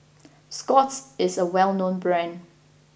Scott's is a well known brand